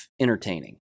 entertaining